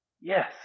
yes